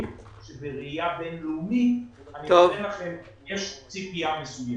שזאת ראייה בין-לאומית ויש ציפייה מסוימת.